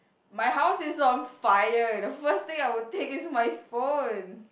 my house is on fire the first thing I would take is my phone